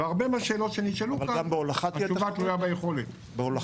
והרבה משאלות שנשאלו כאן, התשובה תלויה ביכולת.